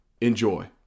Enjoy